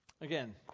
Again